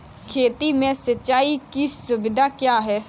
खेती में सिंचाई की सुविधा क्या है?